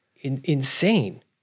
Insane